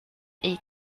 est